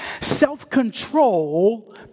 Self-control